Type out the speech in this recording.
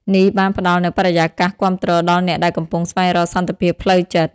នេះបានផ្តល់នូវបរិយាកាសគាំទ្រដល់អ្នកដែលកំពុងស្វែងរកសន្តិភាពផ្លូវចិត្ត។